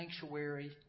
sanctuary